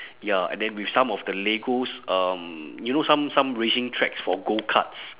ya and then with some of the legos um you know some some racing tracks for gokarts